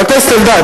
חבר הכנסת אלדד,